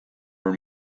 were